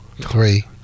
three